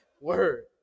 word